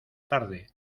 tarde